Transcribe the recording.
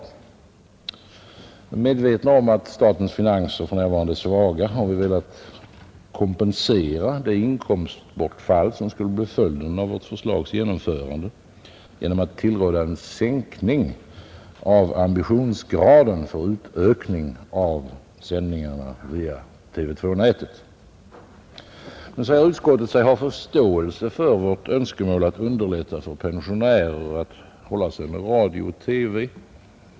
I medvetande om att statens finanser för närvarande är svaga har vi velat kompensera det inkomstbortfall, som skulle bli följden av vårt förslags genomförande, genom att tillråda en sänkning av ambitionsgraden för utökning av sändningarna via TV 2-nätet. Nu säger utskottet sig ha förståelse för vårt önskemål att underlätta för pensionärer att hålla sig med radio och TV.